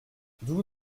d’où